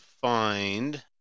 find